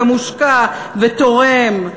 ומושקע ותורם.